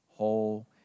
whole